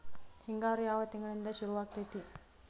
ಹಿಂಗಾರು ಯಾವ ತಿಂಗಳಿನಿಂದ ಶುರುವಾಗತೈತಿ?